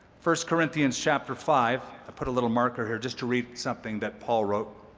first corinthians, chapter five i put a little marker here just to read something that paul wrote.